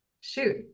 Shoot